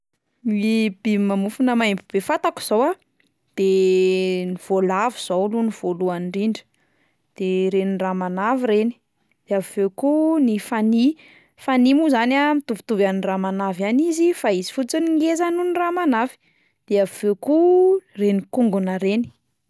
Ny biby mamofona maimbo be fantako zao a: de ny voalavo zao aloha ny voalohany indrindra, de reny ramanavy ireny, de avy eo koa ny fanihy, fanihy moa zany a mitovitovy amin'ny ramanavy ihany izy fa izy fotsiny ngeza noho ny ramanavy, de avy eo koa reny kongona 'reny.